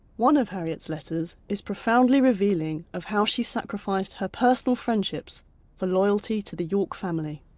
one of harriet's letters is profoundly revealing of how she sacrificed her personal friendships for loyalty to the york family.